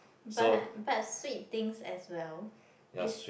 but but sweet things as well is